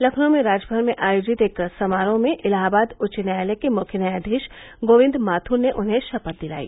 लखनऊ में राजभवन में आयोजित एक समारोह में इलाहाबाद उच्च न्यायालय के मुख्य न्यायाधीश गोविन्द माथुर ने उन्हें शपथ दिलाई